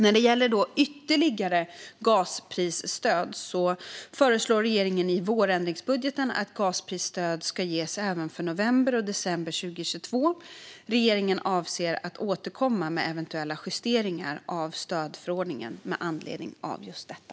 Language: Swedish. När det gäller ytterligare gasprisstöd föreslår regeringen i vårändringsbudgeten att gasprisstöd ska ges även för november och december 2022. Regeringen avser att återkomma med eventuella justeringar av stödförordningen med anledning av detta.